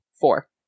Four